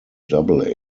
double